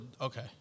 okay